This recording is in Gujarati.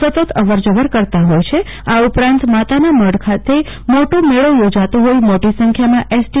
સતત અવર જવર કરતા હોય છે આ ઉપરાંત માતાના મઢ ખાતે મોટો મેળો યોજાતો હોઇ મોટી સંખ્યામાં એસ ટી